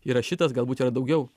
yra šitas galbūt yra daugiau